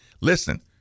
listen